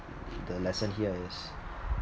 the lesson here is